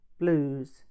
blues